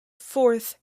fourth